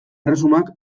erresumak